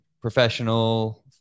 professional